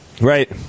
Right